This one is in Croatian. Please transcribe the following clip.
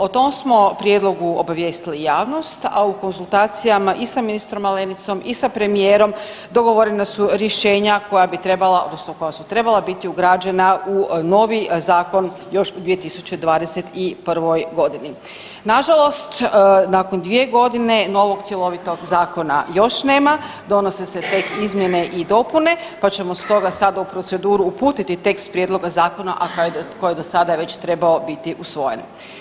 O tome smo prijedlogu obavijestili javnost, a u konzultacijama i sa ministrom Malenicom i sa premijerom dogovorena su rješenja koja bi trebala, odnosno koja su trebala biti ugrađena u novi zakon još u 2021. g. Nažalost nakon 2 godine novog cjelovitog zakona još nema, donose se tek izmjene i dopune pa ćemo stoga sada u proceduru uputiti tekst prijedloga zakona, a koji do sada je već trebao biti usvojen.